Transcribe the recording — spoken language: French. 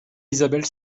isabelle